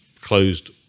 closed